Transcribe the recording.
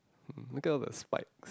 um look at all the spikes